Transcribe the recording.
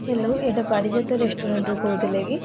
hello ଏଇଟା ପାରିଜାତ ରେସ୍ତୋରାଁରୁ କହୁଥିଲେ କି